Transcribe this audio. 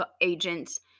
agents